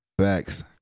Facts